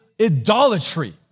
idolatry